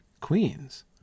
Queens